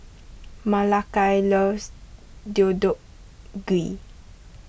Malakai loves Deodeok Gui